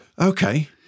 Okay